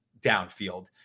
downfield